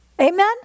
Amen